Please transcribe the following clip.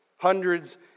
Hundreds